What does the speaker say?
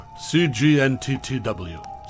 cgnttw